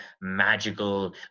magical